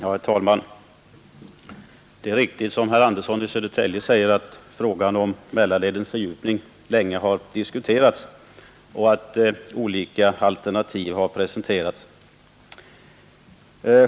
Herr talman! Det är riktigt, som herr Andersson i Södertälje säger, att frågan om Mälarledens fördjupning länge har diskuterats och att olika alternativ har presenterats.